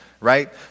right